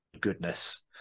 goodness